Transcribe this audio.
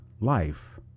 life